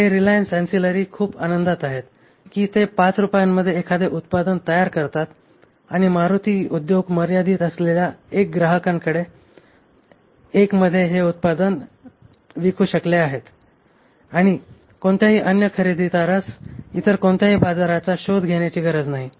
हे रिलायन्स अँसिलरी खूप आनंदित आहेत की ते 5 रुपयांमध्ये एखादे उत्पादन तयार करतात आणि मारुती उद्योग मर्यादित असलेल्या 1 ग्राहकांकडे ते 1 मध्ये हे उत्पादन विकू शकले आहेत आणि कोणत्याही अन्य खरेदीदारास इतर कोणत्याही बाजाराचा शोध घेण्याची गरज नाही